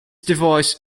device